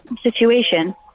situation